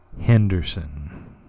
Henderson